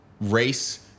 race